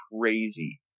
crazy